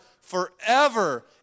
forever